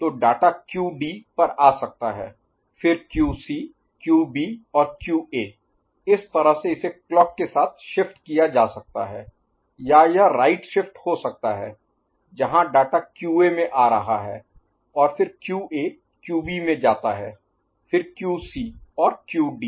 तो data QD पर आ सकता है फिर क्यूसी क्यूबी और क्यूए इस तरह से इसे क्लॉक के साथ शिफ्ट किया जा सकता है या यह राइट शिफ्ट हो सकता है जहां डाटा क्यूए में आ रहा है और फिर क्यूए क्यूबी में जाता है फिर क्यूसी और क्यूडी